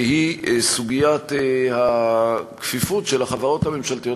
והיא סוגיית הכפיפות של החברות הממשלתיות